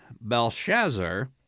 Belshazzar